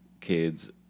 kids